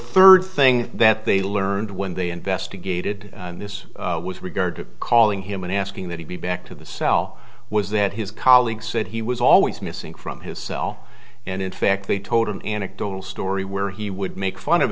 third thing that they learned when they investigated this with regard to calling him and asking that he be back to the cell was that his colleagues said he was always missing from his cell and in fact they told an anecdotal story where he would make fun of